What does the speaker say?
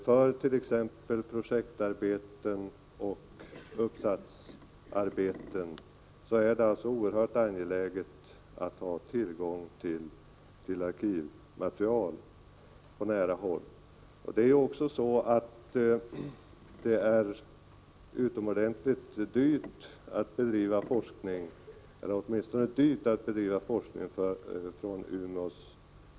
För t.ex. projektarbeten och uppsatsarbeten är det oerhört angeläget att ha tillgång till arkivmaterial på nära håll. Det är dyrt att bedriva forskning från Umeås horisont på grund av avstånden.